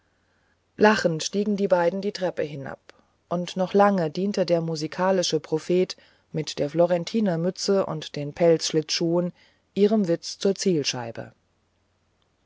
lachend stiegen die beiden die treppe hinab und noch lange diente der musikalische prophet mit der florentiner mütze und den pelzschlittschuhen ihrem witz zur zielscheibe